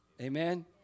Amen